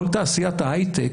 כל תעשיית ההייטק,